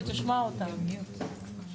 רק אנחנו מסתכנים שלא תחסמו אותנו וזה מה שהיה,